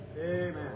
Amen